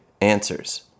answers